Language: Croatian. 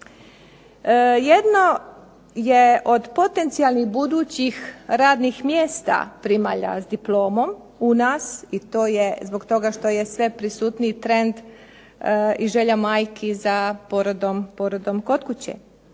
Jedno je od potencijalnih budućih radnih mjesta primalja s diplomom u nas, i to je zbog toga što je sve prisutniji trend i želja majki za porodom kod kuće.